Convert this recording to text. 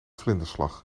vlinderslag